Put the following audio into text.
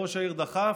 ראש העיר דחף